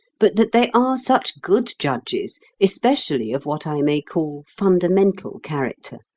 but that they are such good judges, especially of what i may call fundamental character.